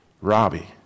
Robbie